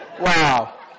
Wow